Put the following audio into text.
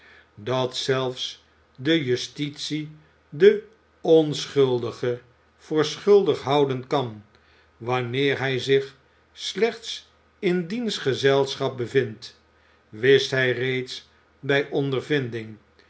dat zelfs de justitie den onschuldige voor schuldig houden kan wanneer hij zich slechts in diens gezelschap bevindt wist hij reeds bij ondervinding